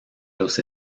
los